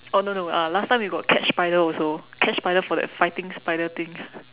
oh no no uh last time we got catch spider also catch spider for that fighting spider thing